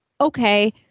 okay